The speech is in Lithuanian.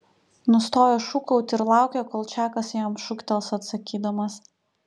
nustojo šūkauti ir laukė kol čakas jam šūktels atsakydamas